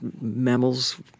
mammals